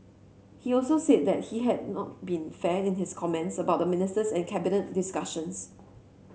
he also said that he had not been fair in his comments about the ministers and Cabinet discussions